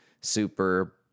super